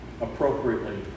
appropriately